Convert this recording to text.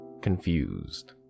confused